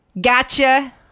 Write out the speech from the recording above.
Gotcha